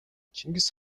чингис